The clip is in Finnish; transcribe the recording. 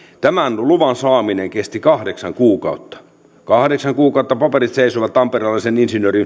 tämän luvan saaminen kesti kahdeksan kuukautta kahdeksan kuukautta paperit seisoivat tamperelaisen